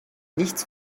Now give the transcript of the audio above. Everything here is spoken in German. nichts